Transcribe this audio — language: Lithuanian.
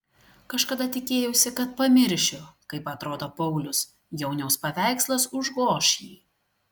kažkada tikėjausi kad pamiršiu kaip atrodo paulius jauniaus paveikslas užgoš jį